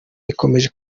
rikomeje